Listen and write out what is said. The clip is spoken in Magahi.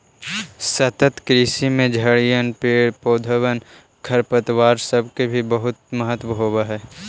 सतत कृषि में झड़िअन, पेड़ पौधबन, खरपतवार सब के भी बहुत महत्व होब हई